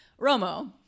Romo